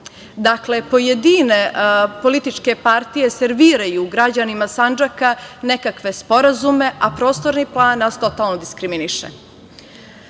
Dakle, pojedine političke partije serviraju građanima Sandžaka nekakve sporazume, a Prostorni plan nas totalno diskriminiše.U